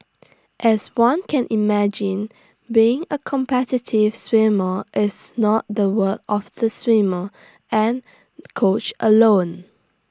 as one can imagine being A competitive swimmer is not the work of the swimmer and coach alone